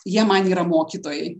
jie man yra mokytojai